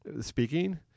speaking